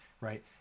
right